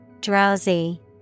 Drowsy